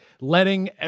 letting